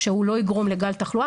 שהוא לא יגרום לגל תחלואה.